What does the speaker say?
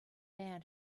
man